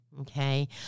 okay